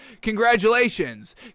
Congratulations